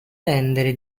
rendere